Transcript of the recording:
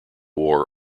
war